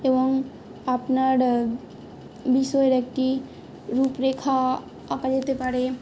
এবং আপনার বিষয়ের একটি রূপরেখা আঁকা যেতে পারে